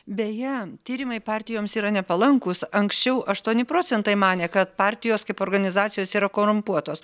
beje tyrimai partijoms yra nepalankūs anksčiau aštuoni procentai manė kad partijos kaip organizacijos yra korumpuotos